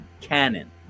canon